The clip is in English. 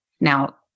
Now